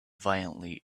violently